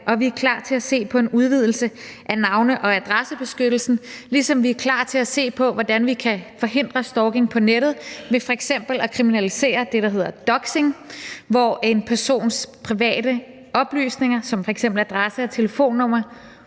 og vi er klar til at se på en udvidelse af navne- og adressebeskyttelsen, ligesom vi er klar til at se på, hvordan vi kan forhindre stalking på nettet ved f.eks. at kriminalisere det, der hedder doxing, hvor en persons private oplysninger som f.eks. adresse og telefonnummer